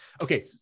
okay